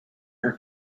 her